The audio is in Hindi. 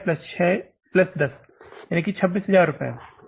10 प्लस 6 प्लस 10 26000 रुपये है